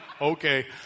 Okay